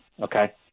okay